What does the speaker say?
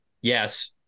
yes